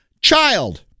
child